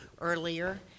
earlier